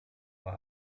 war